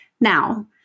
Now